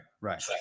Right